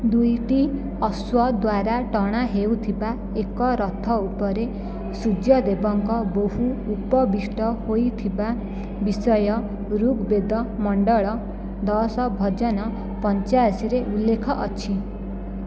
ଦୁଇଟି ଅଶ୍ୱ ଦ୍ୱାରା ଟଣା ହେଉଥିବା ଏକ ରଥ ଉପରେ ସୂର୍ଯ୍ୟଦେବଙ୍କ ବୋହୂ ଉପବିଷ୍ଟ ହୋଇଥିବା ବିଷୟ ଋଗ୍ବେଦ ମଣ୍ଡଳ ଦଶ ଭଜନ ପଞ୍ଚାଅଶୀରେ ଉଲ୍ଲେଖ ଅଛି